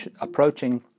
approaching